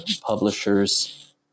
publishers